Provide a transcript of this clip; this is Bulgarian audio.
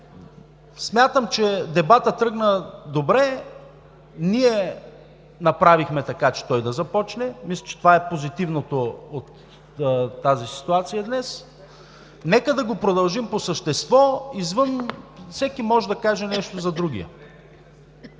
Смятам, че дебатът тръгна добре. Ние направихме така, че той да започне. Мисля, че днес това е позитивното от тази ситуация. Нека да го продължим по същество. Извън него всеки може да каже нещо за другия.